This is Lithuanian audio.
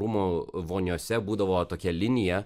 rūmų voniose būdavo tokia linija